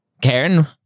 Karen